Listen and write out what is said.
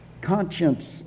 conscience